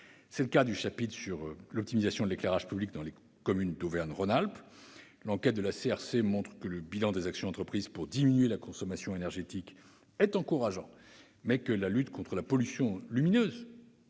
C'est le cas du chapitre sur l'optimisation de l'éclairage public dans les communes d'Auvergne-Rhône-Alpes. L'enquête de la chambre régionale des comptes montre que le bilan des actions entreprises pour diminuer la consommation énergétique est encourageant, mais que la lutte contre la pollution lumineuse,